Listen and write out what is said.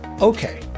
Okay